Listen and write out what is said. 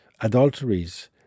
adulteries